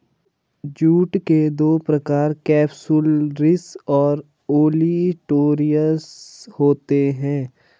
jute के दो प्रकार केपसुलरिस और ओलिटोरियस होते हैं